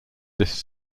this